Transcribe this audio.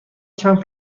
کمپ